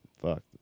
fuck